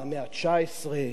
מהמאה ה-19,